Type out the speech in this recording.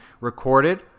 recorded